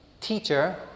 teacher